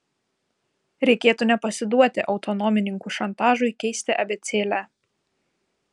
reikėtų nepasiduoti autonomininkų šantažui keisti abėcėlę